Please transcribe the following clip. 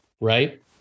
right